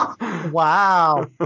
Wow